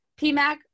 PMAC